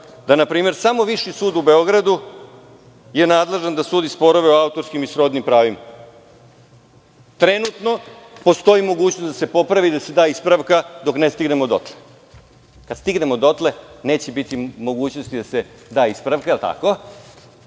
da samo Viši sud u Beogradu je nadležan da sudi sporove o autorskim i srodnim pravima. Trenutno postoji mogućnost da se popravi, da se da ispravka dok ne stignemo dotle. Kada stignemo dotle neće biti mogućnosti da se da ispravka. Svi drugi